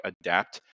adapt